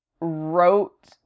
wrote